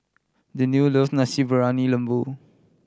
Deanne love Nasi Briyani Lembu